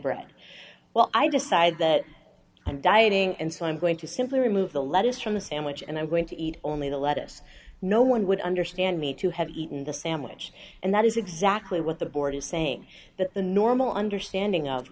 bread well i decide that i'm dieting and so i'm going to simply remove the lettuce from the sandwich and i'm going to eat only the lettuce no one would understand me to have eaten the sandwich and that is exactly what the board is saying that the normal understanding of